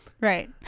Right